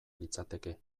litzateke